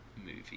movie